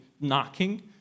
knocking